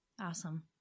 Awesome